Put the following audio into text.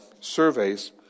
surveys